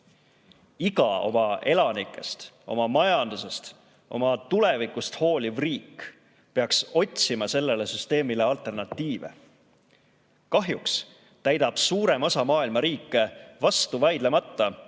Iga oma elanikest, oma majandusest, oma tulevikust hooliv riik peaks otsima sellele süsteemile alternatiive. Kahjuks täidab suurem osa maailma riike vastu vaidlemata